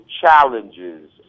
challenges